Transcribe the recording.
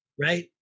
right